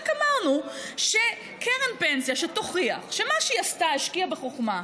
רק אמרנו שקרן פנסיה שתוכיח שמה שהיא עשתה הוא שהיא השקיעה בחוכמה,